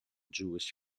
jewish